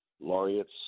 laureates